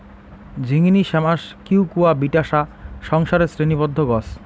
ঝিঙ্গিনী শ্যামাস কিউকুয়াবিটাশা সংসারের শ্রেণীবদ্ধ গছ